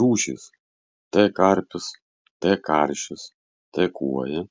rūšys t karpis t karšis t kuoja